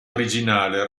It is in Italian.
originale